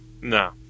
No